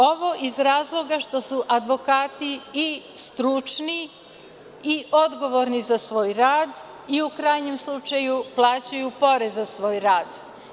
Ovo iz razloga što su advokati i stručni i odgovorni za svoj rad i u krajnjom slučaju plaćaju porez na svoj rad.